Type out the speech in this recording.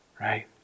right